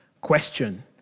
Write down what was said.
Question